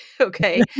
okay